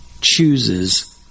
chooses